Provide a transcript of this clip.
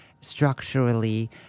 structurally